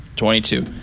Twenty-two